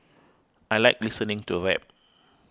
I like listening to rap